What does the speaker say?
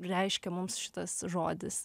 reiškia mums šitas žodis